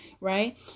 right